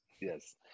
Yes